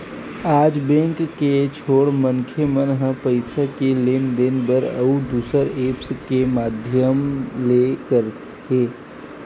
आज बेंक के छोड़ मनखे मन ह पइसा के लेन देन बर अउ दुसर ऐप्स के माधियम मन ले करत हे